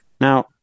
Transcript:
Now